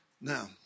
Now